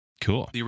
Cool